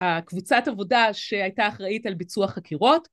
‫הקבוצת עבודה שהייתה אחראית ‫על ביצוע חקירות.